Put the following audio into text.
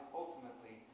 ultimately